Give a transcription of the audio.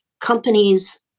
companies